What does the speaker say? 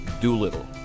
Doolittle